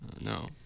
No